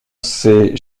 s’est